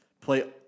play